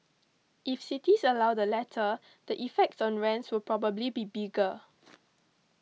if cities allow the latter the effect on rents will probably be bigger